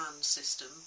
system